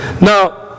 Now